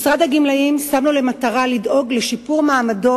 משרד הגמלאים שם לו למטרה לדאוג לשיפור מעמדו